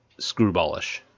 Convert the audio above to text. screwballish